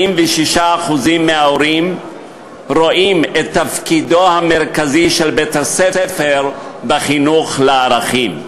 76% מההורים רואים את תפקידו המרכזי של בית-הספר בחינוך לערכים.